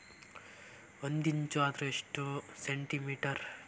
ಒಂದಿಂಚು ಅಂದ್ರ ಎಷ್ಟು ಸೆಂಟಿಮೇಟರ್?